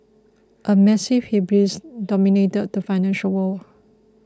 a massive hubris dominated the financial world